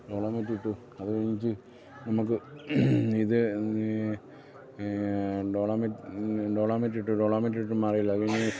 dolomite ഇട്ടു അത് കഴിഞ്ഞ്ട്ട് നമുക്ക് ഇത് ഡോളാമെറ്റ് ഡോളാമെറ്റ് ഇട്ടു ഡോളാമെറ്റ് ഇട്ടിട്ടും മാറിയില്ല അ